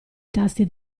tasti